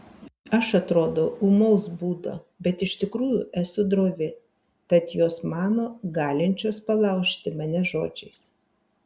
aš atrodau ūmaus būdo bet iš tikrųjų esu drovi tad jos mano galinčios palaužti mane žodžiais